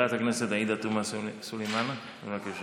חברת הכנסת עאידה תומא סולימאן, בבקשה.